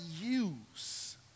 use